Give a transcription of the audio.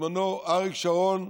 בזמנו אריק שרון,